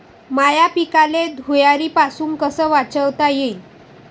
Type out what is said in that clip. माह्या पिकाले धुयारीपासुन कस वाचवता येईन?